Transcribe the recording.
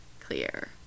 clear